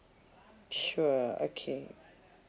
sure okay